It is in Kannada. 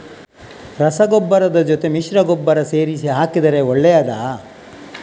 ರಸಗೊಬ್ಬರದ ಜೊತೆ ಮಿಶ್ರ ಗೊಬ್ಬರ ಸೇರಿಸಿ ಹಾಕಿದರೆ ಒಳ್ಳೆಯದಾ?